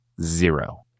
zero